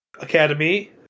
Academy